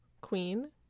queen